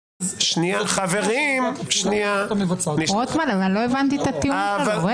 רוטמן, אני לא הבנתי את הטיעון שלו.